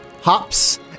hops